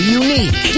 unique